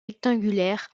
rectangulaire